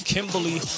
Kimberly